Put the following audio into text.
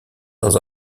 dans